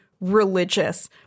religious